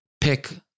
pick